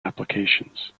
applications